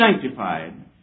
sanctified